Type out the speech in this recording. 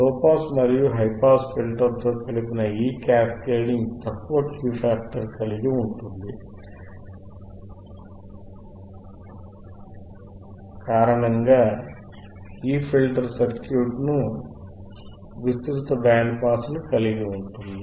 low pass మరియు high pass ఫిల్టర్తో కలిపిన ఈ క్యాస్కేడింగ్ తక్కువ Q ఫ్యాక్టర్ కలిగి ఉంటుంది కారకం రకం ఫిల్టర్ సర్క్యూట్ను ఇది విస్తృత పాస్ బ్యాండ్ను కలిగి ఉంటుంది